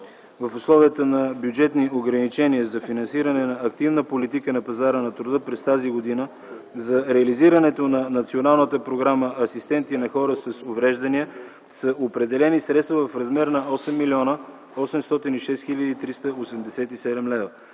в условията на бюджетни ограничения за финансиране на активна политика на пазара на труда през тази година за реализирането на Националната програма „Асистенти на хора с увреждания” са определени средства в размер на 8 млн. 806 хил. 387 лв.